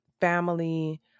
family